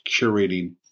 curating